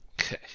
Okay